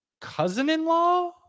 cousin-in-law